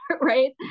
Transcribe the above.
right